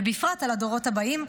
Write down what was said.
ובפרט על הדורות הבאים,